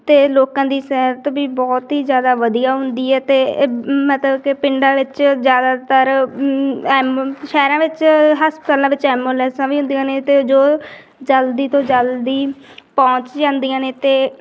ਅਤੇ ਲੋਕਾਂ ਦੀ ਸਿਹਤ ਵੀ ਬਹੁਤ ਹੀ ਜ਼ਿਆਦਾ ਵਧੀਆ ਹੁੰਦੀ ਹੈ ਅਤੇ ਮਤਲਬ ਕਿ ਪਿੰਡਾਂ ਵਿੱਚ ਜ਼ਿਆਦਾਤਰ ਐਮ ਸ਼ਹਿਰਾਂ ਵਿੱਚ ਹਸਪਤਾਲਾਂ ਵਿੱਚ ਅੰਬੁਲੈਂਸਾ ਵੀ ਹੁੰਦੀਆਂ ਨੇ ਅਤੇ ਜੋ ਜਲਦੀ ਤੋਂ ਜਲਦੀ ਪਹੁੰਚ ਜਾਂਦੀਆਂ ਨੇ ਅਤੇ